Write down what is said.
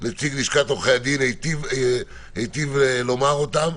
וגם נציג לשכת עורכי הדין היטיב לומר אותן.